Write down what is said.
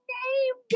name